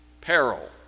Peril